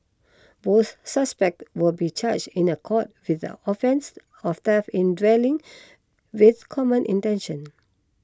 both suspects will be charged in a court with the offence of theft in dwelling with common intention